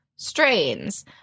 Strains